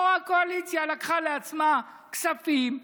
פה הקואליציה לקחה לעצמה כספים.